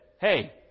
hey